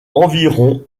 environ